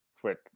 quick